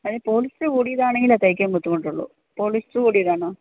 അത് പോളിസ്റ്റ്റ് കൂടീതാണെങ്കിലാ തയ്ക്കാന് ബുദ്ധിമുട്ടൊള്ളു പോളിസ്റ്റ്റ് കൂടിയതാണ്